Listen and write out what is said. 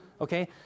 Okay